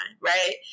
right